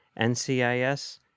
NCIS